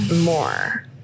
more